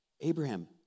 Abraham